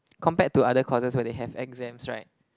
compared to other courses where they have exams right